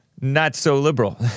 not-so-liberal